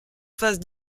phases